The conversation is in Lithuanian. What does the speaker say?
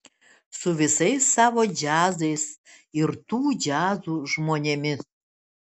su visais savo džiazais ir tų džiazų žmonėmis